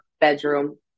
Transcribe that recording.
bedroom